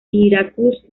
syracuse